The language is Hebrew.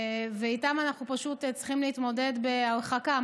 ואיתם אנחנו פשוט צריכים להתמודד בהרחקה.